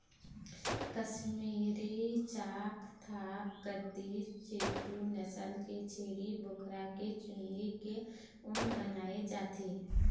कस्मीरी, चाँगथाँग, गद्दी, चेगू नसल के छेरी बोकरा के चूंदी के ऊन बनाए जाथे